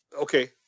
okay